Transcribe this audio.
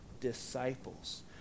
disciples